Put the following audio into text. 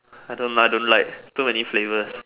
I don't I don't like too many flavours